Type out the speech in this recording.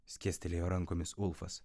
skėstelėjo rankomis ulfas